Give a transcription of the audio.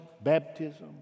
baptism